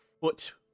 foot